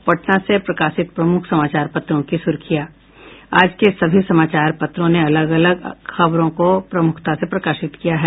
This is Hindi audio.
अब पटना से प्रकाशित प्रमुख समाचार पत्रों की सुर्खियां आज के सभी समाचार पत्रों ने अलग अलग खबरों को प्रमुखता से प्रकाशित किया है